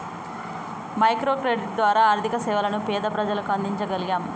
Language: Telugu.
మైక్రో క్రెడిట్ ద్వారా ఆర్థిక సేవలను పేద ప్రజలకు అందించగలం